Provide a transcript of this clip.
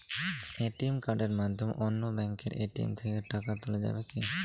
ATM কার্ডের মাধ্যমে অন্য ব্যাঙ্কের এ.টি.এম থেকে টাকা তোলা যাবে কি?